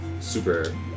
super